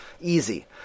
Easy